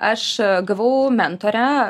aš gavau mentorę